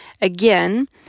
again